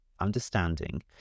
understanding